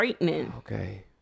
okay